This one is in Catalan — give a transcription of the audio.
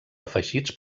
afegits